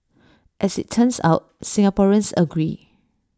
as IT turns out Singaporeans agree